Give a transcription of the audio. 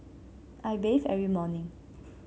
I bathe every morning